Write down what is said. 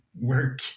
work